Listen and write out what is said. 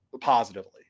positively